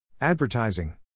Advertising